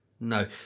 No